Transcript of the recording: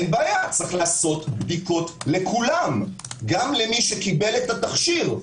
יש לעשות בדיקות לכולם, גם למי שקיבל את התכשיר.